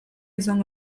izan